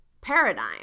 paradigm